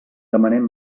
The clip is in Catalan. demanem